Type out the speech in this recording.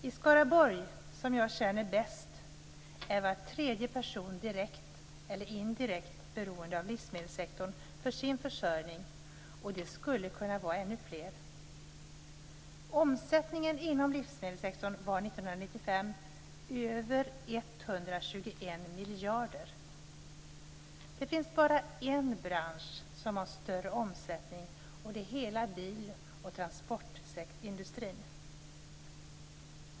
I Skaraborg, som jag känner bäst till, är var tredje person direkt eller indirekt beroende av livsmedelssektorn för sin försörjning, och det skulle kunna vara ännu fler. över 121 miljarder. Det finns bara en bransch som har större omsättning, och det är hela bil och transportindustrin.